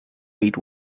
read